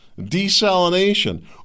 desalination